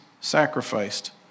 sacrificed